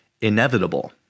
inevitable